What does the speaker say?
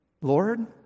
Lord